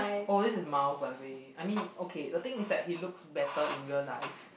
oh this is mouse by the way I mean okay the thing is that he looks better in real life